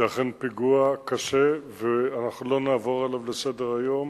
זה אכן פיגוע קשה, ואנחנו לא נעבור עליו לסדר-היום